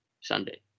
Sunday